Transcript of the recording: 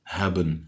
hebben